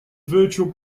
virtual